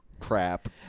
Crap